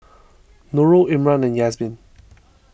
Nurul Imran and Yasmin